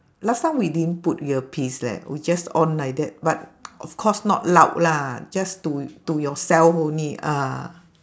last time we didn't put earpiece leh we just on like that but of course not loud lah just to to yourself only ah